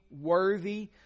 worthy